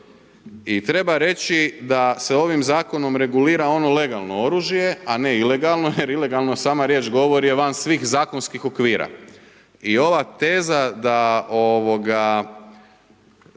I treba reći da se ovim zakonom regulira ono legalno oružje, a ne ilegalno jer ilegalno sama riječ govori je van svih zakonskih okvira. I ova teza da se